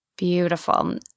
Beautiful